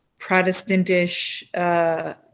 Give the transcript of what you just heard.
Protestantish